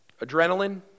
adrenaline